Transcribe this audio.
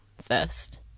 first